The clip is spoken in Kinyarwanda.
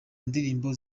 ndirimbo